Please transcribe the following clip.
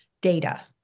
data